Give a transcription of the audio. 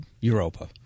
Europa